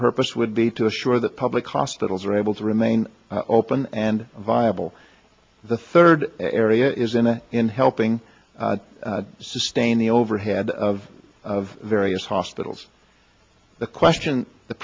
purpose would be to assure that public hospitals are able to remain open and viable the third area is in a in helping sustain the overhead of of various hospitals the question the